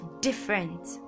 different